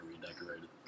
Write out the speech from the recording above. redecorated